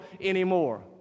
anymore